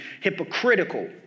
hypocritical